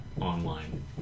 online